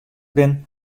bin